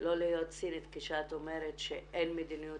לא להיות צינית כשאת אומרת שאין מדיניות